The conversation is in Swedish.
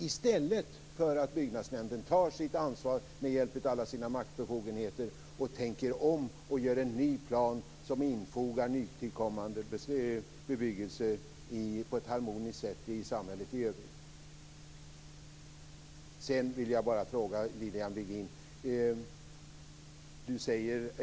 I stället borde byggnadsnämnden ta sitt ansvar, med hjälp av alla sina maktbefogenheter, tänka om och göra en ny plan, som infogar nytillkommande bebyggelse på ett harmoniskt sätt i samhället i övrigt.